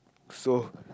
so